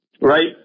right